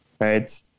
right